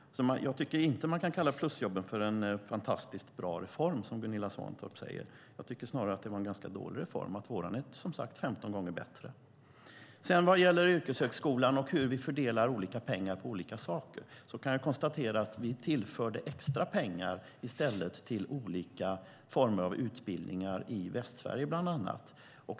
Jag tycker inte att man kan kalla plusjobbsreformen för en fantastiskt bra reform, som Gunilla Svantorp säger. Jag tycker snarare att det var en ganska dålig reform. Vår är som sagt 15 gånger bättre. Vad gäller yrkeshögskolan och att vi fördelar pengar på olika saker kan jag konstatera att vi tillförde extra pengar i stället till olika former av utbildningar i Västsverige bland annat.